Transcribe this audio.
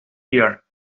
here